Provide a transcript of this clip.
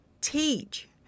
teach